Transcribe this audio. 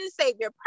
Savior